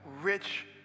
rich